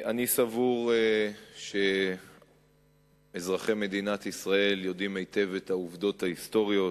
אני סבור שאזרחי מדינת ישראל יודעים היטב את העובדות ההיסטוריות,